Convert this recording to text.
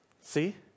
See